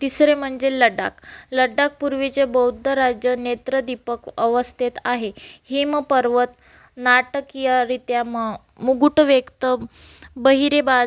तिसरे म्हणजे लडाख लडाख पूर्वीचे बौद्ध राज्य नेत्रदीपक अवस्थेत आहे हिमपर्वत नाटकीयरित्या म मुकूट व्यक्त बहिरेबाज